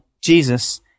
Jesus